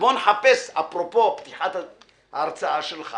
נחפש אפרופו פתיחת ההרצאה שלך